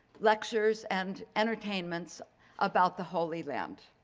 lectures, and entertainments about the holy land.